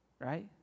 Right